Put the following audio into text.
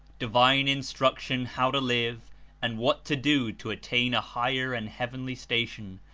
divine instruction how to live and what to do to attain a higher and heavenly station,